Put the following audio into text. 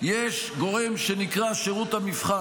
יש גורם שנקרא שירות המבחן,